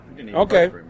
Okay